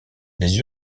les